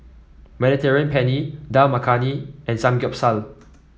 Mediterranean Penne Dal Makhani and Samgeyopsal